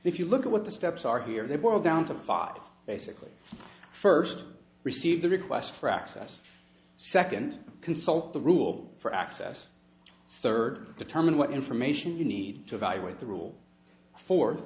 if you look at what the steps are here they boil down to fox basically first receive the request for access second consult the rule for access third determine what information you need to evaluate the rule fourth